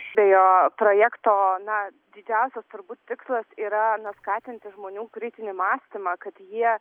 šio projekto na didžiausias turbūt tikslas yra na skatinti žmonių kritinį mąstymą kad jie